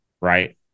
Right